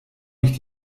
mich